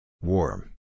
Warm